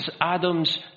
Adam's